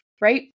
right